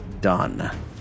done